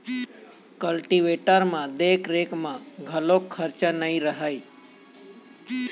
cultivator म देख रेख म घलोक खरचा नइ रहय